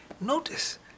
Notice